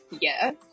Yes